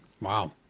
Wow